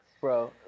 bro